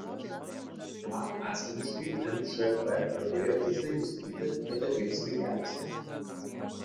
man asmeniškai nšp padėjo tiksliai nustatyti kada gims vaikelis